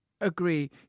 agree